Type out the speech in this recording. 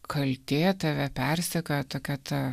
kaltė tave persekioja tokia ta